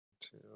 Two